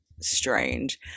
strange